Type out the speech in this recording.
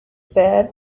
said